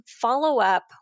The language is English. follow-up